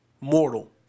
mortal